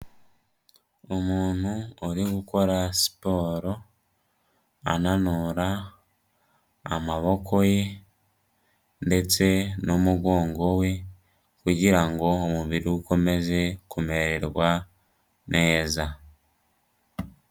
Umuntu uri gukora siporo ananura amaboko ye ndetse n'umugongo we, kugira ngo umubiri ukomeze kumererwa neza.